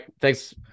Thanks